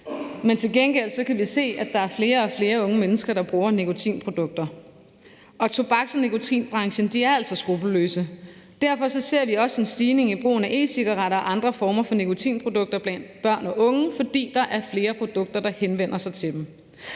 men til gengæld kan vi se, at der er flere og flere unge mennesker, der bruger nikotinprodukter. Tobaks- og nikotinbranchen er altså skruppelløse. Derfor ser vi også en stigning i brugen af e-cigaretter og andre former for nikotinprodukter blandt børn og unge, fordi der er flere produkter, der henvender sig til dem.